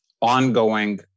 ongoing